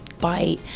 bite